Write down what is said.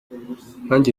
nkanjye